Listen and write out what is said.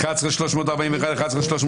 האם יש רגע זמן, שנייה,